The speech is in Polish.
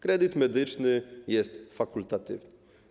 Kredyt medyczny jest fakultatywny.